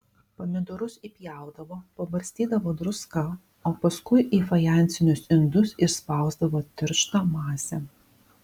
pomidorus įpjaudavo pabarstydavo druska o paskui į fajansinius indus išspausdavo tirštą masę